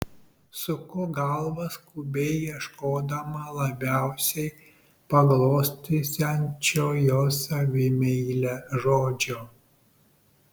suku galvą skubiai ieškodama labiausiai paglostysiančio jos savimeilę žodžio